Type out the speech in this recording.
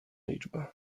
liczba